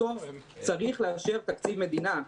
בסוף צריך לאשר תקציב מדינה.